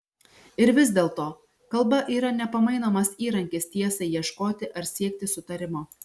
ir vis dėlto kalba yra nepamainomas įrankis tiesai ieškoti ar siekti sutarimo